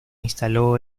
instaló